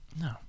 No